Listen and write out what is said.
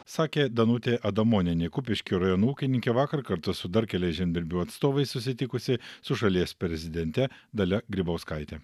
sakė danutė adamonienė kupiškio rajono ūkininkė vakar kartu su dar keliais žemdirbių atstovais susitikusi su šalies prezidente dalia grybauskaite